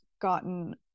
gotten